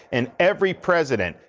and every president,